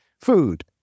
food